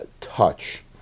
touch